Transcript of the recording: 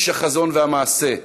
איש החזון והמעשה,